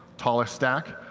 taller stack,